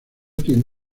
tiene